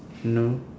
no